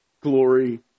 glory